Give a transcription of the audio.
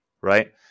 right